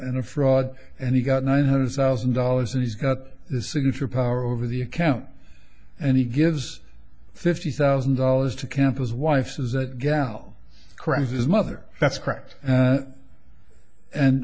and a fraud and he got nine hundred thousand dollars and he's got the signature power over the account and he gives fifty thousand dollars to campers wife says that gal credits his mother that's correct